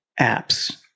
apps